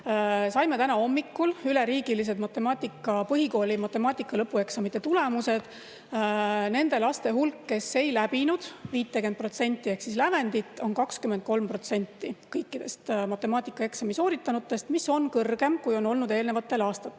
Saime täna hommikul üleriigilised põhikooli matemaatika lõpueksamite tulemused. Nende laste hulk, kes ei läbinud 50% ehk lävendit, on 23% kõikidest matemaatikaeksami sooritanutest. See on kõrgem, kui on olnud eelnevatel aastatel.